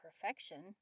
perfection